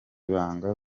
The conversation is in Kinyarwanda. banga